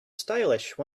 stylish